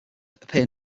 appears